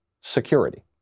security